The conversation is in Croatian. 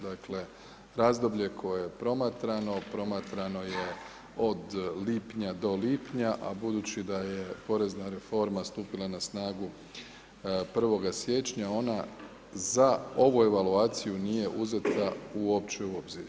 Dakle, razdoblje koje je promatrano, promatrano je od lipnja do lipnja a budući da je porezna reforma stupila na snagu 1. siječnja, ona za ovu evaluaciju nije uzeta u uopće u obzir.